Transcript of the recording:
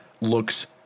looks